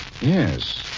Yes